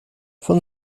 von